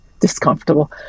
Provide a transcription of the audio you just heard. discomfortable